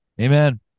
Amen